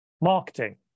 Marketing